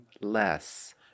less